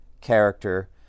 character